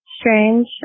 strange